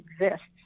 exists